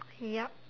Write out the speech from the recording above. yup